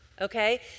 okay